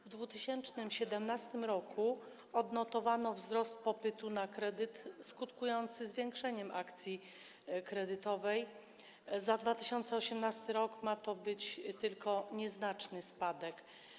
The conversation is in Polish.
W 2017 r. odnotowano wzrost popytu na kredyt, skutkujący zwiększeniem akcji kredytowej, w 2018 r. ma być tylko nieznaczny spadek.